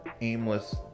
aimless